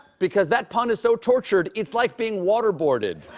because that pun is so tortured it's like being water boarded.